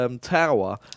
Tower